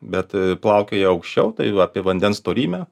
bet plaukioja aukščiau tai apie vandens storymę